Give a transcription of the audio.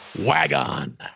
Wagon